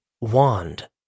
wand